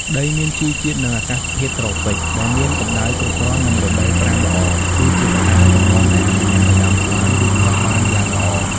ដីមានជីជាតិ និងអាកាសធាតុត្រូពិច ដែលមានកម្តៅគ្រប់គ្រាន់ និងរដូវប្រាំងល្អ គឺជាកត្តាចម្បងដែលអនុញ្ញាតឱ្យដើមស្វាយលូតលាស់បានយ៉ាងល្អ។